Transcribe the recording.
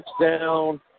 Touchdown